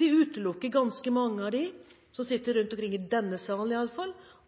Det utelukker ganske mange, iallfall de som sitter rundt i denne salen, og ganske mange andre rundt omkring i